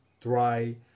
dry